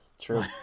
True